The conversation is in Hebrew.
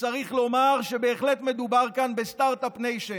וצריך לומר שבהחלט מדובר כאן בסטרטאפ ניישן,